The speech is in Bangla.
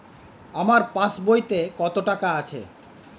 আমার পাসবইতে কত টাকা আছে?